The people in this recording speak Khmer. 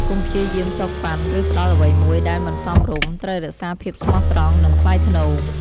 កុំព្យាយាមសូកប៉ាន់ ឬផ្ដល់អ្វីមួយដែលមិនសមរម្យ ត្រូវរក្សាភាពស្មោះត្រង់ និងថ្លៃថ្នូរ។